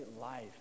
life